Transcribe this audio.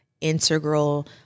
integral